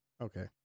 Okay